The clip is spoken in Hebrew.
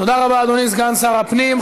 תודה רבה, אדוני סגן שר הפנים.